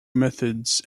methods